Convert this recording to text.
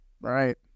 Right